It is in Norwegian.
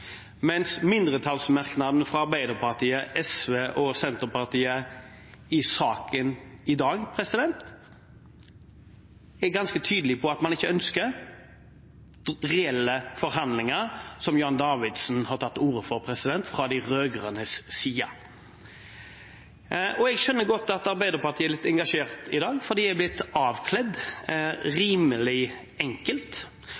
mindretallsmerknaden fra Arbeiderpartiet, SV og Senterpartiet i saken i dag er ganske tydelig på at man ikke ønsker reelle forhandlinger fra de rød-grønnes side, som Jan Davidsen har tatt til orde for. Jeg skjønner godt at Arbeiderpartiet er litt engasjert i dag, for de har blitt